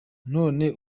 none